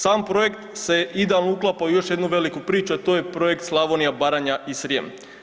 Sam projekt se idealno uklapa u još jednu veliku priču, a to je projekt Slavonija, Baranja i Srijem.